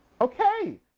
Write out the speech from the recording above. Okay